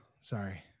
Sorry